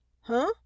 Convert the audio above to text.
Huh